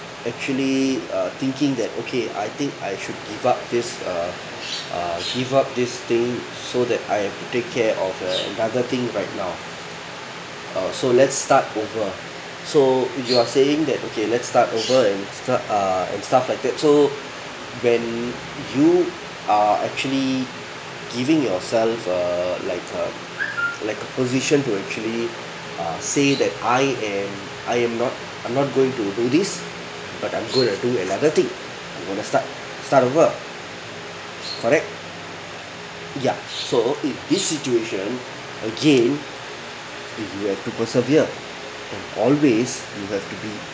actually uh thinking that okay I think I should give up this uh uh give up this thing so that I have to take care of uh another thing right now